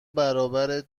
برابر